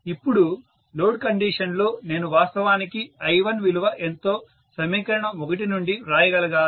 ఇప్పుడు load condition లో నేను వాస్తవానికి I1 విలువ ఎంతో సమీకరణం నుండి వ్రాయగలగాలి